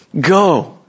Go